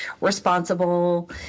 responsible